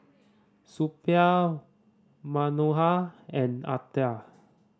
Suppiah Manohar and Atal